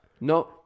No